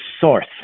source